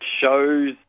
shows